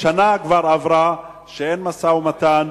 כבר שנה עברה שאין משא-ומתן,